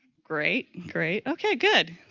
great, great. okay, good.